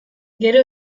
gero